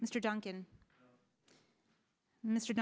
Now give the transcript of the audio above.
mr duncan mr